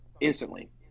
instantly